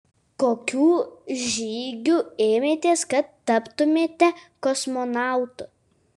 kokių žygių ėmėtės kad taptumėte kosmonautu